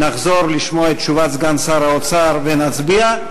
נחזור לשמוע את תשובת סגן שר האוצר ונצביע.